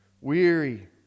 weary